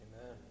Amen